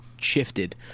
shifted